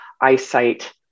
eyesight